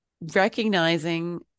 recognizing